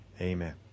Amen